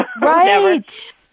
Right